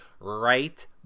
right